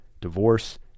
divorce